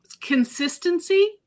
consistency